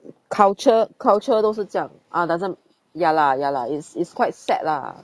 culture culture 都是这样啊 doesn't ya lah ya lah it's it's quite sad lah